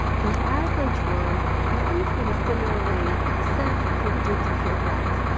the average one behaves in a similar way except for duplicate ranks,